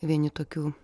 vieni tokių